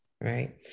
right